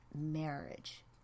marriage